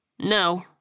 No